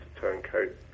turncoat